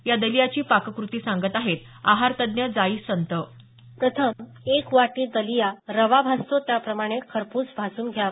या दलियाची पाकक्रती सांगत आहेत आहार तज्ञ जाई संत प्रथम एक वाटी दलिया रवा भाजतो त्याप्रमाणे खरप्रस भाजून घ्यावा